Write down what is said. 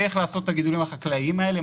איך לעשות את הגידולים החקלאיים האלה,